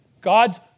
God's